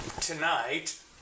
tonight